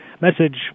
message